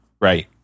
Right